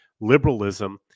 liberalism